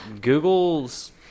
Google's